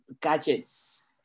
gadgets